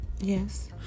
yes